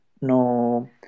No